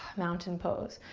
mountain pose.